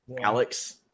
Alex